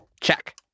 Check